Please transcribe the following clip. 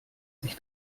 sich